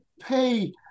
pay